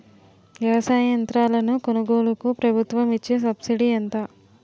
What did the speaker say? వ్యవసాయ యంత్రాలను కొనుగోలుకు ప్రభుత్వం ఇచ్చే సబ్సిడీ ఎంత?